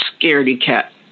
scaredy-cat